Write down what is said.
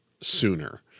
sooner